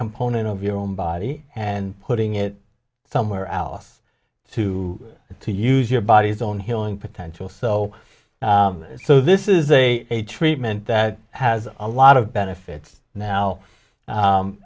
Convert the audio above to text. component of your own body and putting it somewhere else to to use your body's own healing potential so so this is a treatment that has a lot of benefits now